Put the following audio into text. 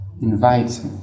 invite